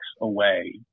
away